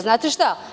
Znate šta?